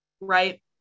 Right